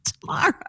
tomorrow